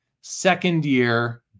second-year